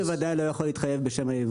אני בוודאי לא יכול להתחייב בשם היבואנים.